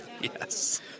yes